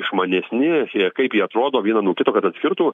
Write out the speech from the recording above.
išmanesni ir kaip jie atrodo vieną nuo kito kad atskirtų